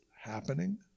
happening